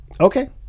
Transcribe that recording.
Okay